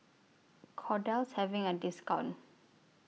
Kordel IS having A discount